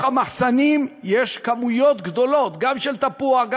המחסנים יש כמויות גדולות גם של תפוחים,